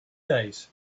days